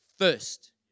First